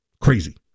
Crazy